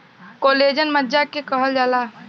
collagen मज्जा के कहल जाला